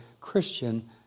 Christian